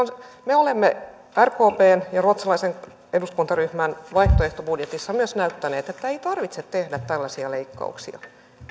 me olemme rkpn ja ruotsalaisen eduskuntaryhmän vaihtoehtobudjetissa myös näyttäneet että ei tarvitse tehdä tällaisia leikkauksia